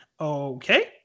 Okay